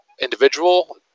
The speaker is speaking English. individual